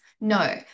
No